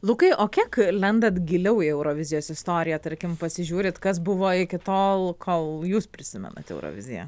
lukai o kiek lendat giliau į eurovizijos istoriją tarkim pasižiūrit kas buvo iki tol kol jūs prisimenat euroviziją